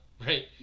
right